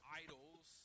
idols